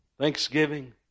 thanksgiving